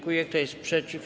Kto jest przeciw?